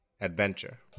adventure